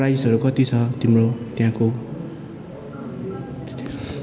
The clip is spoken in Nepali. प्राइसहरू कति छ तिम्रो त्याँको